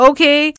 Okay